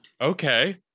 okay